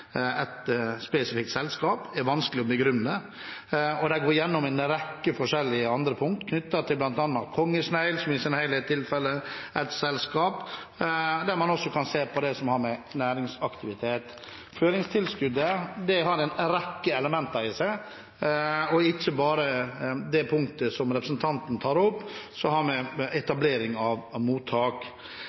spesifikt selskap, er vanskelig å begrunne. Og de går igjennom en rekke andre punkt – bl.a. knyttet til kongsnegl, som i sin helhet tilfaller ett selskap – der man kan se på det som har med næringsaktivitet å gjøre. Føringstilskuddet har en rekke elementer i seg, ikke bare det punktet som representanten tar opp, som har med etablering av mottak